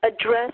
address